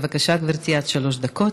בבקשה, גברתי, עד שלוש דקות.